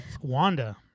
wanda